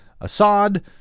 Assad